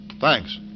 Thanks